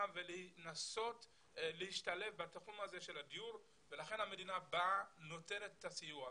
ולנסות להשתלב בתחום הדיור ולכן המדינה באה ונותנת את הסיוע.